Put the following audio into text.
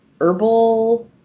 herbal